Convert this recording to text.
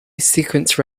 sequence